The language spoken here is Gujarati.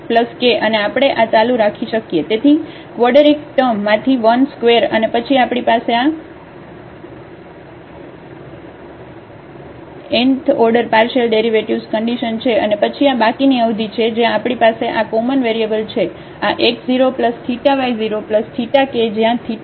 તેથી કવોડરેટીક ટર્મમાંથી 1 ² અને પછી આપણી પાસે આ nth order partial derivatives condition છે અને પછી આ બાકીની અવધિ છે જ્યાં આપણી પાસે આ કોમન વેરિયેબલ છે આ x 0 θ y 0 θ કે જ્યાં θ 0 અને 1 ની વચ્ચે છે